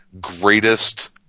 greatest